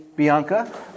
Bianca